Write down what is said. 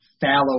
fallow